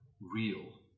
real